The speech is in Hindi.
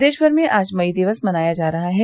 प्रदेश भर में आज मई दिवस मनाया जा रहा है